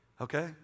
okay